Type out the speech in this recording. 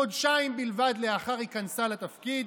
חודשיים בלבד לאחר הכנסה לתפקיד,